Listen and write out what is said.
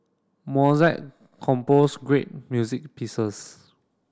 Mozart compose great music pieces